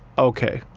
okay.